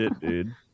dude